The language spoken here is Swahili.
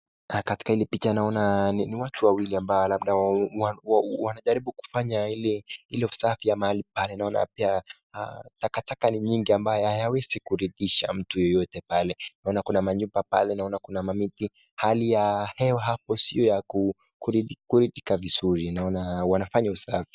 Katika hili picha naona ni watu wawili ambao labda wanajaribu kufanya ile usafi ya mahali pale. Naona pia, takataka ni nyingi ambayo hayawezi kuridhisha mtu yeyote pale. Naona kuna manyumba pale, naona kuna mamiti, hali ya hewa hapo sio ya kuridhika vizuri. Naona wanafanya usafi.